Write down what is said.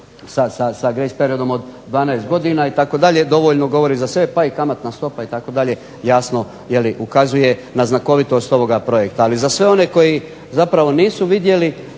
sa grace periodom od 12 godina itd., dovoljno govori za sebe pa i kamatna stopa itd. jasno ukazuje na znakovitost ovog projekta. Ali za sve one koji zapravo nisu vidjeli